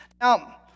Now